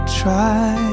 try